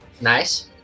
Nice